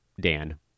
Dan